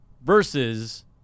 versus